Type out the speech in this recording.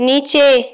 নিচে